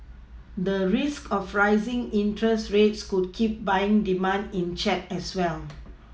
the risk of rising interest rates could keep buying demand in check as well